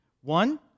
One